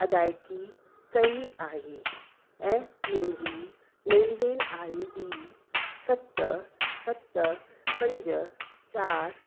अदाइगी कई आहे ऐं मुंहिंजी लेनदेन आईडी सत सत पंज चारि